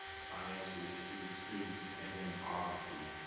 financially astute students and then, obviously,